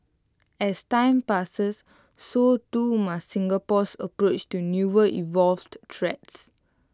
as time passes so too must Singapore's approach to newer evolved threats